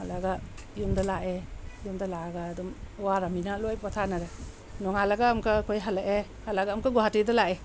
ꯍꯜꯂꯛꯑꯒ ꯌꯨꯝꯗ ꯂꯥꯛꯑꯦ ꯌꯨꯝꯗ ꯂꯥꯛꯑꯒ ꯑꯗꯨꯝ ꯋꯥꯔꯃꯤꯅ ꯂꯣꯏ ꯄꯣꯊꯥꯅꯔꯦ ꯅꯣꯡꯉꯥꯜꯂꯒ ꯑꯃꯨꯛꯀ ꯑꯩꯈꯣꯏ ꯍꯜꯂꯛꯑꯦ ꯍꯜꯂꯛꯑꯒ ꯑꯃꯨꯛꯀ ꯒꯨꯍꯥꯇꯤꯗ ꯂꯥꯛꯑꯦ